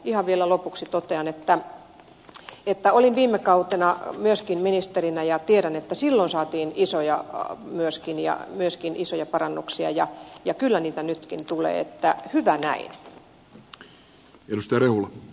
ihan vielä lopuksi totean että olin viime kautena myöskin ministerinä ja tiedän että silloin saatiin myöskin isoja parannuksia ja kyllä niitä nytkin tulee joten hyvä näin